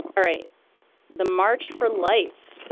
all right the march for life.